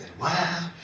wow